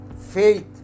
faith